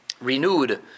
Renewed